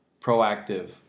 proactive